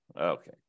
Okay